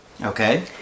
Okay